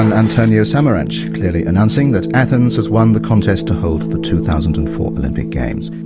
and antonio samaranch clearly announcing that athens has won the contest to hold the two thousand and four olympic games.